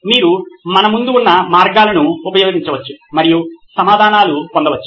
మీరు మన ముందు ఉన్న మార్గాలను ఉపయోగించవచ్చు మరియు సమాధానాలు పొందవచ్చు